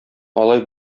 алай